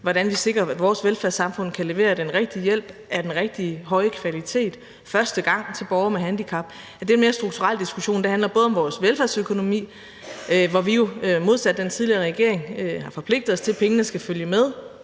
hvordan vi sikrer, at vores velfærdssamfund kan levere den rigtige hjælp af den rigtige høje kvalitet første gang til borgere med handicap, er mere en strukturel diskussion. Det handler om vores velfærdsøkonomi, hvor vi jo modsat den tidligere regering har forpligtet os til, at pengene skal følge med